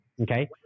okay